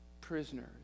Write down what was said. prisoners